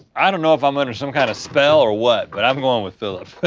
i don't know if i'm under some kinda spell or what but i'm going with filipp.